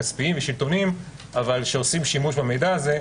כספיים ושלטוניים אבל שעושים שימוש במידע הזה,